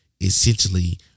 essentially